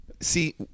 See